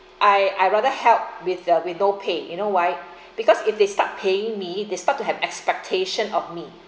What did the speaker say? I I rather help with uh with no pay you know why because if they start paying me they start to have expectation of me